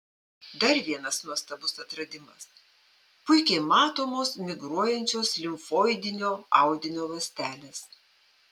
dar vienas nuostabus atradimas puikiai matomos migruojančios limfoidinio audinio ląstelės